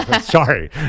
Sorry